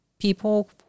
People